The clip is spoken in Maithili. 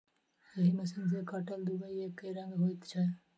एहि मशीन सॅ काटल दुइब एकै रंगक होइत छै